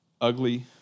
ugly